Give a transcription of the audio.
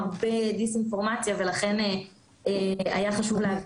הרבה דיס אינפורמציה ולכן היה חשוב להבהיר.